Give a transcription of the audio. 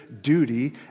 duty